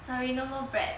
sorry no more bread